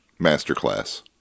Masterclass